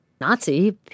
Nazi